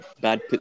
bad